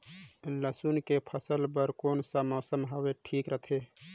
लसुन के फसल बार कोन सा मौसम हवे ठीक रथे?